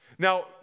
Now